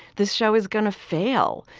this show is gonna fail.